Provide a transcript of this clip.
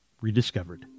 rediscovered